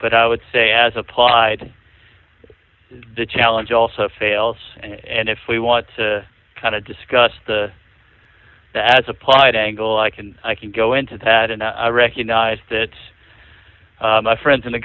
but i would say as applied the challenge also fails and if we want to kind of discuss the as applied angle i can i can go into that and recognize that my friends in the